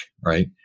Right